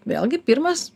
vėlgi pirmas